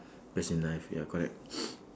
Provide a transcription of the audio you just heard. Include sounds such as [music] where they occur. best in life ya correct [noise]